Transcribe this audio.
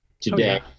today